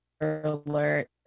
alert